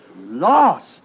Lost